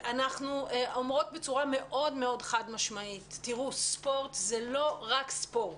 אנחנו אומרות בצורה מאוד חד-משמעית: ספורט זה לא רק ספורט,